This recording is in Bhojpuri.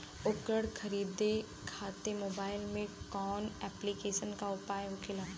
उपकरण खरीदे खाते मोबाइल में कौन ऐप्लिकेशन का उपयोग होखेला?